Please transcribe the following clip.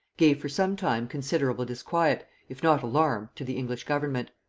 gave for some time considerable disquiet, if not alarm, to the english government.